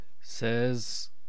says